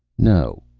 no.